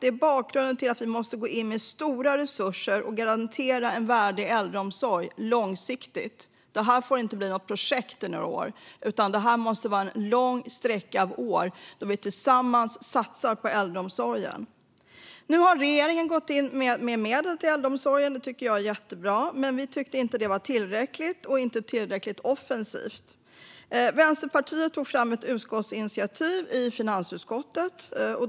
Det här är bakgrunden till att vi måste gå in med stora resurser och långsiktigt garantera en värdig äldreomsorg. Det här får inte bli ett projekt under några år, utan det måste ske under en lång sträcka av år då vi tillsammans satsar på äldreomsorgen. Nu har regeringen gått in med medel till äldreomsorgen, vilket är jättebra. Men vi tycker inte att det är tillräckligt mycket eller tillräckligt offensivt. Vänsterpartiet har därför tagit fram ett utskottsinitiativ i finansutskottet.